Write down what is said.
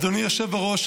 אדוני היושב-ראש,